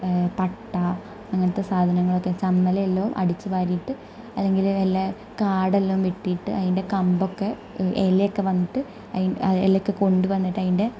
പട്ട അങ്ങനത്തെ സാധനങ്ങളൊക്കെ ചമ്മലെല്ലാം അടിച്ച് വാരിയിട്ട് അല്ലെങ്കിൽ വല്ല കാടെല്ലാം വെട്ടിയിട്ട് അതിൻ്റെ കമ്പൊക്കെ ഇലയൊക്കെ വന്നിട്ട് ആ ഇലയൊക്കെ കൊണ്ട് വന്നിട്ട് അതിൻ്റെ